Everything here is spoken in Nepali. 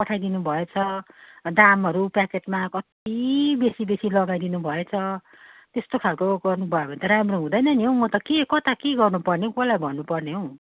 पठाइदिनु भएछ दामहरू प्याकेटमा कत्ति बेसी बेसी लगाइदिनु भएछ त्यस्तो खालको गर्नुभयो भने त राम्रो हुँदैन नि हौ म त के कता के गर्नुपर्ने हौ कसलाई भन्नुपर्ने हौ